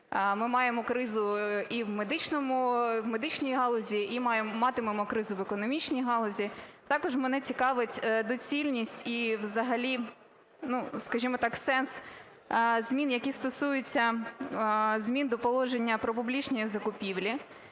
ми маємо кризу і в медичній галузі, і матимемо кризу в економічній галузі? Також мене цікавить доцільність і взагалі, скажімо так, сенс змін, які стосуються змін до положення про публічні закупівлі